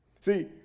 See